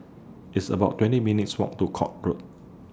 It's about twenty minutes' Walk to Court Road